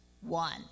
one